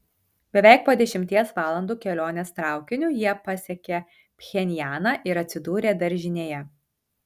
beveik po dešimties valandų kelionės traukiniu jie pasiekė pchenjaną ir atsidūrė daržinėje